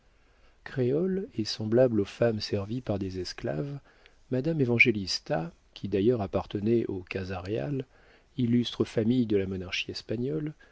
créole et semblable aux femmes servies par des esclaves madame évangélista qui d'ailleurs appartenait aux casa réal illustre famille de la monarchie espagnole